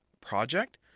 project